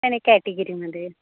नाही नाही कॅटेगिरीमध्येय